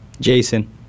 Jason